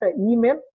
email